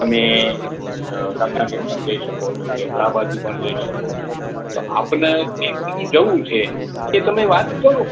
તમે અ કર્ણાટક પણ જઈ શકો છો કે અલ્હાબાદ બી પણ જઈ શકો છો તો આપને કઇ જગ્યાએ જવું છે તો એ તમે વાત કહો